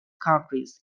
countries